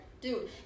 Dude